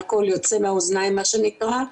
אלכוהול יוצא מהאוזניים, מה שנקרא.